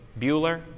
Bueller